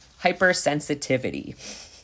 hypersensitivity